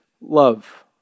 love